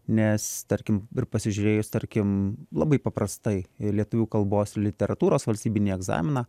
nes tarkim ir pasižiūrėjus tarkim labai paprastai į lietuvių kalbos ir literatūros valstybinį egzaminą